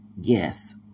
yes